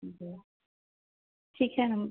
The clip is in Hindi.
जी ठीक है हम